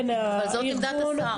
זאת לא עמדת השר.